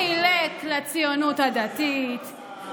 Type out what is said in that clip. חילק לציונות הדתית,